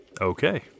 Okay